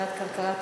בעד כלכלה טובה.